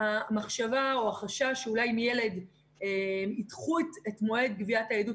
המחשבה או החשש שאולי ידחו את מועד גביית העדות,